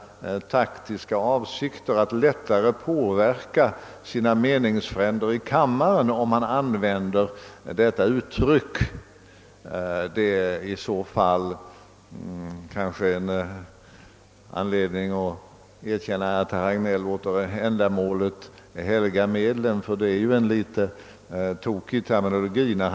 Det är kanske lättare för honom att påverka sina meningsfränder i kammaren om han använder detta uttrycks sätt. Det är i så fall anledning för herr Hagnell att erkänna att han låter ändamålen helga medlen. Hans terminologi är alltså missvisande.